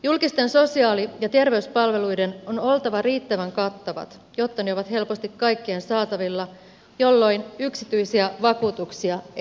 julkisten sosiaali ja terveyspalveluiden on oltava riittävän kattavat jotta ne ovat helposti kaikkien saatavilla jolloin yksityisiä vakuutuksia ei tarvita